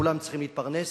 כולם צריכים להתפרנס,